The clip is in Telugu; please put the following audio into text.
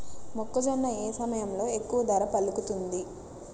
మొక్కజొన్న ఏ సమయంలో ఎక్కువ ధర పలుకుతుంది?